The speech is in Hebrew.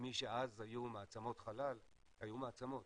ומי שאז היו מעצמות חלל היו מעצמות,